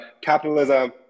capitalism